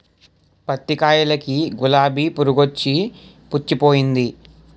పత్తి కాయలకి గులాబి పురుగొచ్చి పుచ్చిపోయింది